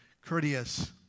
courteous